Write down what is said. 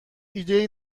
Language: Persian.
ایدهای